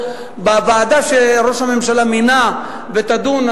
והוועדה שראש הממשלה מינה תדון,